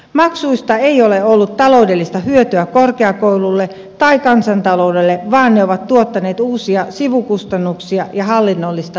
maksuista ei ole ollut taloudellista hyötyä korkeakoululle tai kansantaloudelle vaan ne ovat tuottaneet uusia sivukustannuksia ja hallinnollista lisätyötä